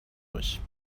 باشیم